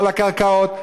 על הקרקעות,